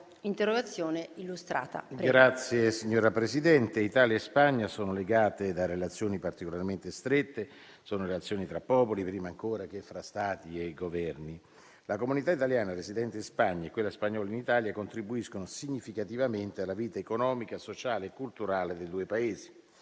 Signora Presidente, Italia e Spagna sono legate da relazioni particolarmente strette, relazioni tra popoli prima ancora che fra Stati e Governi. La comunità italiana residente in Spagna e quella spagnola in Italia contribuiscono significativamente alla vita economica, sociale e culturale dei due Paesi.